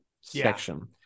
section